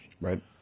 Right